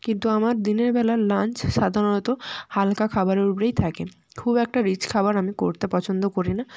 কিন্তু আমার দিনেরবেলার লাঞ্চ সাধারণত হালকা খাবারের উপরেই থাকে খুব একটা রিচ খাবার আমি করতে পছন্দ করি না